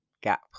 gap